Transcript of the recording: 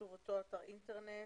אותו אתר אינטרנט.